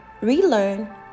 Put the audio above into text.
relearn